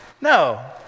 No